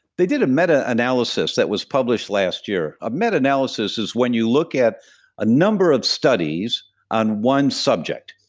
they did a meta analysis that was published last year, a meta analysis is when you look at a number of studies on one subject.